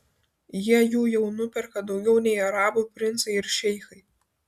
jie jų jau nuperka daugiau nei arabų princai ir šeichai